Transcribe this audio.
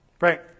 Right